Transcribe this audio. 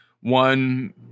one